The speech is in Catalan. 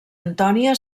antònia